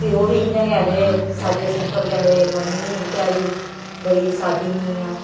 प्यो बी इ'यां गै ऐ है सादे सिपंल गै हे मम्मी बी बचारी बड़ी साद्धी हियां